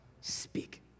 speak